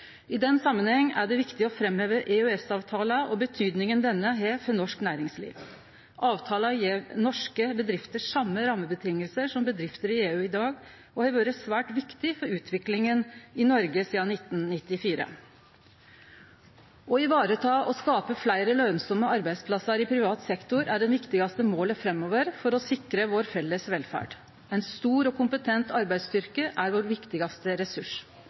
I den samanhengen er det viktig å framheve EØS-avtalen og betydninga han har for norsk næringsliv. Avtalen gjev norske bedrifter same rammeføresetnader som bedrifter i EU har i dag, og har vore svært viktig for utviklinga i Noreg sidan 1994. Å ta vare på og skape fleire lønsame arbeidsplassar i privat sektor er det viktigaste målet framover for å sikre vår felles velferd. Ein stor og kompetent arbeidsstyrke er vår viktigaste ressurs,